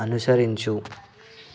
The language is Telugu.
అనుసరించు